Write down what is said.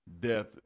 death